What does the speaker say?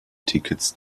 tickets